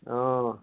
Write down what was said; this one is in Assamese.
অঁ